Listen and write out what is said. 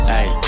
Hey